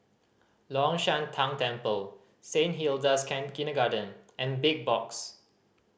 Long Shan Tang Temple Saint Hilda's Kindergarten and Big Box